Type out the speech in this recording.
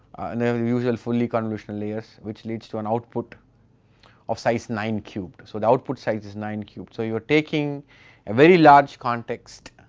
and usual fully convolutional layers which leads to an output of size nine cubes. so the output size is nine cubes. so you are taking a very large context,